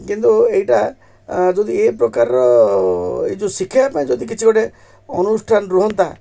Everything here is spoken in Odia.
କିନ୍ତୁ ଏଇଟା ଯଦି ଏଇ ପ୍ରକାରର ଏଇ ଯୋଉ ଶିଖେଇବା ପାଇଁ ଯଦି କିଛି ଗୋଟେ ଅନୁଷ୍ଠାନ ରୁହନ୍ତା